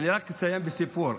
אני רק אסיים בסיפור.